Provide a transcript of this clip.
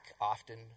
often